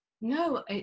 No